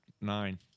nine